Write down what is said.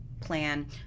plan